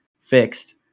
fixed